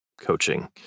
coaching